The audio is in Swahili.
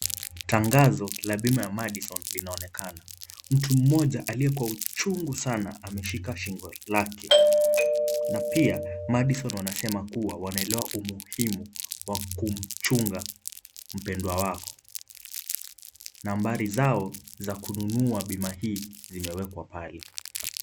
Tangazo la bima ya Madison linaonekana. Mtu mmoja aliye kwa uchungu sana ameshika shingo lake na pia Madison wanasema kuwa wanaelewa umuhimu wa kumchunga mpendwa wako. Nambari zao za kununua bima hii zimewekwa pale.